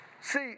See